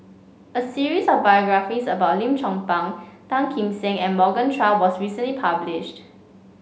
a series of biographies about Lim Chong Pang Tan Kim Seng and Morgan Chua was recently published